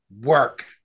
work